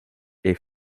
est